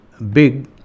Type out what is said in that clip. big